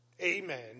amen